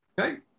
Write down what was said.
Okay